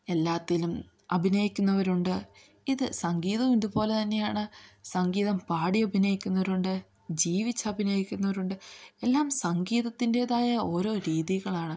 എല്ലാത്തിലും അഭിനയിക്കുന്നവരുണ്ട് ഇത് സംഗീതവും ഇതുപോലെ തന്നെയാണ് സംഗീതം പാടി അഭിനയിക്കുന്നവരുണ്ട് ജീവിച്ച് അഭിനയിക്കുന്നവരുണ്ട് എല്ലാം സംഗീതത്തിൻ്റെതായ ഓരോ രീതികളാണ്